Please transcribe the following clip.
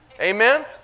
Amen